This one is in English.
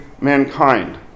mankind